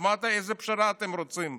אז איזו פשרה אתם רוצים?